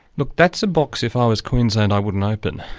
look that's a box, if i was queensland, i wouldn't open.